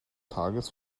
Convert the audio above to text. tages